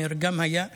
גם מאיר היה.